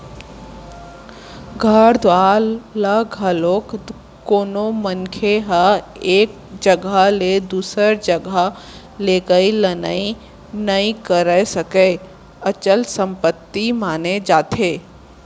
घर दुवार ल घलोक कोनो मनखे ह एक जघा ले दूसर जघा लेगई लनई नइ करे सकय, अचल संपत्ति माने जाथे